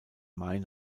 main